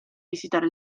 visitare